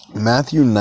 Matthew